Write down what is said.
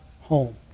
home